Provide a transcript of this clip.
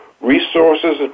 resources